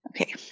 Okay